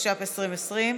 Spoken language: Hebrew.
התש"ף 2020,